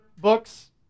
books